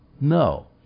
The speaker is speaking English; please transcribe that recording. No